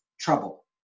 trouble